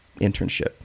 internship